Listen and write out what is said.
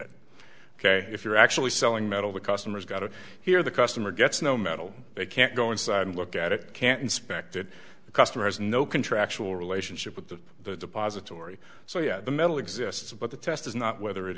it ok if you're actually selling metal the customers got to hear the customer gets no metal they can't go inside and look at it can't inspected the customer has no contractual relationship with the depository so yeah the metal exists but the test is not whether it